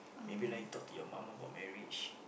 maybe like to your mum about marriage